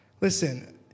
Listen